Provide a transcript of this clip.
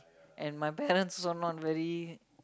and my parents also not very